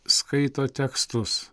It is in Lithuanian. skaito tekstus